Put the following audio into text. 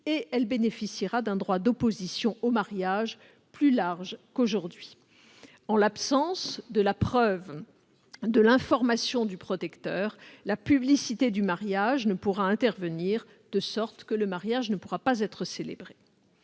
et elle bénéficiera d'un droit d'opposition au mariage plus large qu'aujourd'hui. En l'absence de la preuve de l'information du protecteur, la publicité du mariage ne pourra intervenir, de sorte que le mariage ne pourra pas être célébré.